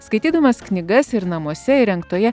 skaitydamas knygas ir namuose įrengtoje